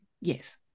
yes